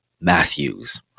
Matthews